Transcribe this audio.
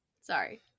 sorry